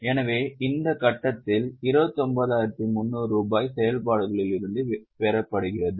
எனவே இந்த கட்டத்தில் 29300 ரூபாய் செயல்பாடுகளில் இருந்து பெறப்படுகிறது